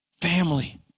family